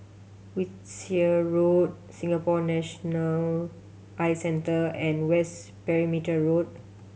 Wiltshire Road Singapore National Eye Centre and West Perimeter Road